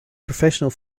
professional